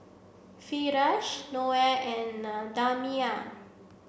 Firash Noah and Damia